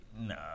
Nah